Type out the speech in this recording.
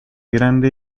grande